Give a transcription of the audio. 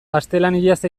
gaztelaniaz